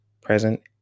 present